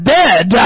dead